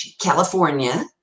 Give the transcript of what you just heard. California